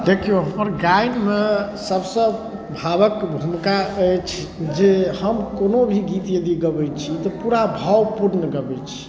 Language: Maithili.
देखियौ हमर गायनमे सभसँ भावक भूमिका अछि जे हम कोनो भी गीत यदि गबै छी तऽ पूरा भावपूर्ण गबै छी